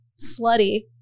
slutty